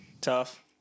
tough